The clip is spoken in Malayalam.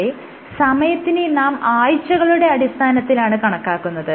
ഇവിടെ സമയത്തിനെ നാം ആഴ്ചകളുടെ അടിസ്ഥാനത്തിലാണ് കണക്കാക്കുന്നത്